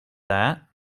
that